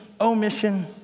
omission